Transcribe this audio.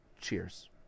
Cheers